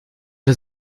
der